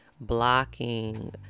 blocking